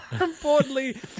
importantly